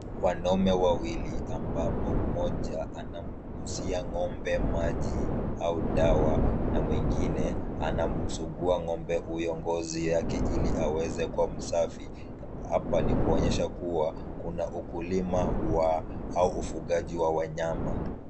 Wanaume wawili ambapo mmoja anamnyunyizia Ng'ombe maji au dawa na mwengine anamsugua ng'ombe huyo ngozi yake ili aweze kuwa msafi. Hapa ni kuonyesha kuwa kuna ukulima au ufugaji wa wawanyama.